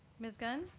ms. gunn?